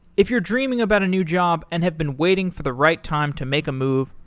if you're dreaming about a new job and have been waiting for the right time to make a move,